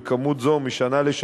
ואלקטרוני.